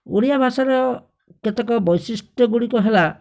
ଓଡ଼ିଆ ଭାଷାର କେତେକ ବୈଶିଷ୍ଟ୍ୟଗୁଡ଼ିକ ହେଲା